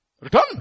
Return